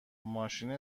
ماشین